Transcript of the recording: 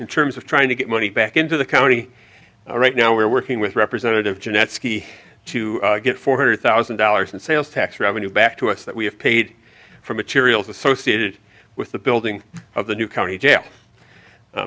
in terms of trying to get money back into the county or right now we're working with representative jeannette ski to get four hundred thousand dollars in sales tax revenue back to us that we have paid for materials associated with the building of the new county jail